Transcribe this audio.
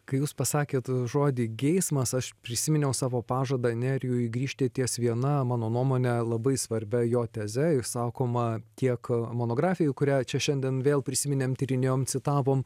kai jūs pasakėt žodį geismas aš prisiminiau savo pažadą nerijui grįžti ties viena mano nuomone labai svarbia jo teze išsakoma tiek monografijoj kurią čia šiandien vėl prisiminėm tyrinėjom citavom